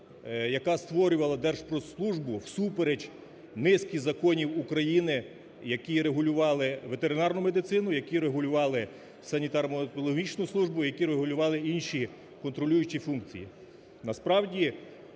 яка створювала Держпродслужбу всупереч низки законів України, які регулювали ветеринарну медицину, які регулювали санітарно-епідеміологічну, які регулювали інші контролюючі функції.